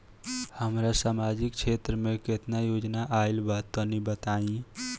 हमरा समाजिक क्षेत्र में केतना योजना आइल बा तनि बताईं?